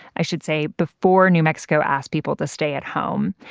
i should say before new mexico's asked people to stay at home.